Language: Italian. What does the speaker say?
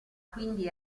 quindi